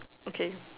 okay